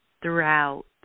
throughout